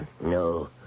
no